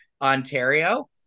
Ontario